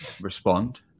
respond